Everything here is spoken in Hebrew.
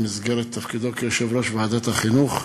במסגרת תפקידו כיושב-ראש ועדת החינוך,